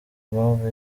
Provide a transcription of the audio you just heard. impamvu